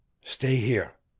stay here,